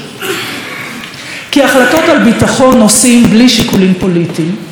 כי החלטות על ביטחון עושים בלי שיקולים פוליטיים.